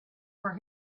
for